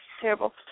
Terrible